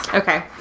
Okay